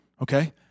Okay